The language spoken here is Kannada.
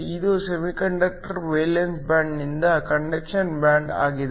ಇದು ಕಂಡಕ್ಟರ್ ವೇಲೆನ್ಸ್ ಬ್ಯಾಂಡ್ ನಿಂದ ಕಂಡಕ್ಷನ್ ಬ್ಯಾಂಡ್ ಆಗಿದೆ